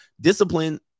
Discipline